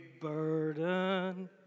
burden